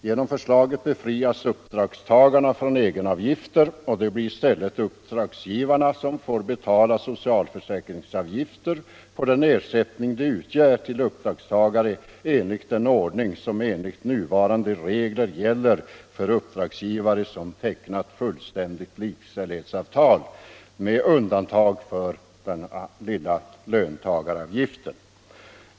Genom förslaget befrias uppdragstagarna från egenavgifter, och det blir i stället uppdragsgivarna som får betala socialförsäkringsavgifter på den ersättning de ger till uppdragstagaren i den ordning som enligt nuvarande regler gäller för uppdragsgivare, som tecknat fullständigt likställighetsavtal, med undantag för den lilla löntagaravgiften.